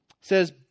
says